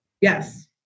Yes